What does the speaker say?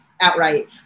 outright